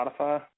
Spotify